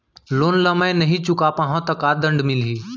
Loan ला मैं नही चुका पाहव त का दण्ड मिलही?